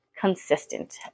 consistent